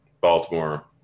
Baltimore